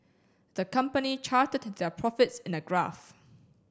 the company charted their profits in a graph